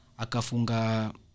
Akafunga